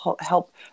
help